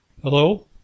Hello